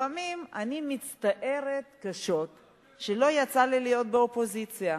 לפעמים אני מצטערת קשות שלא יצא לי להיות באופוזיציה.